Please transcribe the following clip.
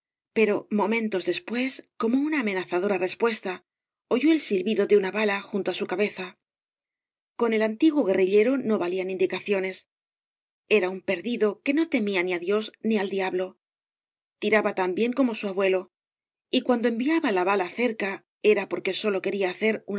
pero momea tos después como amenazadora respuesta oyó el silbido de una bala junto á su cabeza con el antiguo guerrillero no valían indicaciones era un perdido que no temía ni á dios ni al diablo ti raba tan bien como su abuelo y cuando enviaba la bala cerca era porque sólo quería hacer una